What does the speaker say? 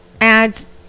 ads